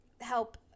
help